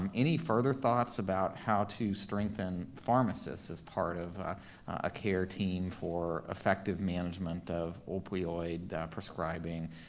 um any further thoughts about how to strengthen pharmacists as part of a care team for effective management of opioid prescribing,